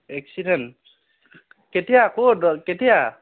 accident কেতিয়া ক'ত কেতিয়া